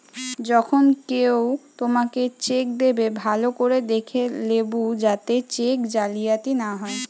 যখন কেও তোমাকে চেক দেবে, ভালো করে দেখে লেবু যাতে চেক জালিয়াতি না হয়